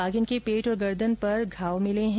बाघिन के पेट और गर्दन पर घाव मिले हैं